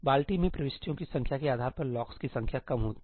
बाल्टी में प्रविष्टियों की संख्या के आधार पर लॉक्स की संख्या कम हो जाती है